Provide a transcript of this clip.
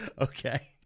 Okay